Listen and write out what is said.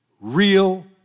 real